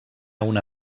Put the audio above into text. una